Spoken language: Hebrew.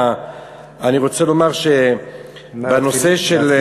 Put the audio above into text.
אני רוצה לומר בנושא של,